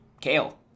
kale